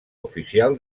oficial